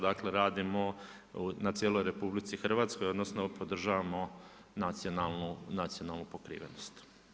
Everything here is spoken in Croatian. Dakle, radimo na cijeloj RH odnosno, podržavamo nacionalnu pokrivenost.